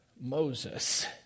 Moses